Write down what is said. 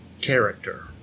character